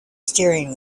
steering